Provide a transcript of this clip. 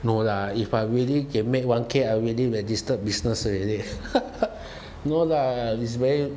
no lah if I really can make one K I already registered business already no lah it's very